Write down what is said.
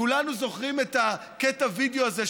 כולנו זוכרים את קטע הווידיאו הזה,